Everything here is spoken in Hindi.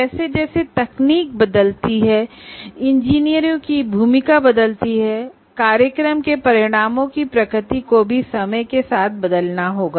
जैसे जैसे तकनीक बदलती है इंजीनियरों की भूमिका बदलती है प्रोग्राम आउटकम की प्रकृति को भी समय के साथ बदलना होगा